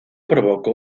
provocó